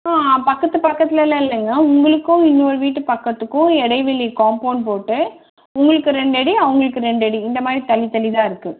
பக்கத்து பக்கத்துலெலாம் இல்லைங்க உங்களுக்கும் இன்னொரு வீட்டு பக்கத்துக்கும் இடைவெளி காம்பௌண்ட் போட்டு உங்களுக்கு ரெண்டு அடி அவங்களுக்கு ரெண்டு அடி இந்த மாதிரி தள்ளி தள்ளி தான் இருக்குது